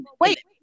wait